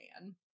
man